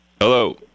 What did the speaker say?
Hello